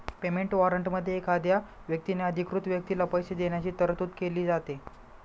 payment वॉरंटमध्ये एखाद्या व्यक्तीने अधिकृत व्यक्तीला पैसे देण्याची तरतूद केली जाते